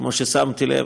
כמו ששמתי לב,